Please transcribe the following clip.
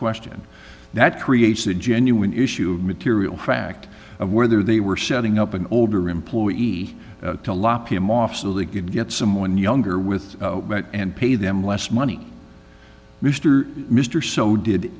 question that creates a genuine issue of material fact of whether they were setting up an older employee to lop him off so they could get someone younger with and pay them less money mr mr so did